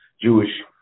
jewish